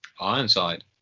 Ironside